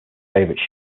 favorite